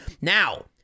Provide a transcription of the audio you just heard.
Now